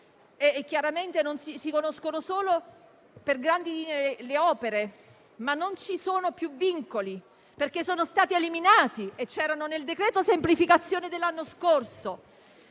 di energia. Si conoscono solo per grandi linee le opere, ma non ci sono più vincoli, perché sono stati eliminati e c'erano nel decreto-legge semplificazioni dell'anno scorso.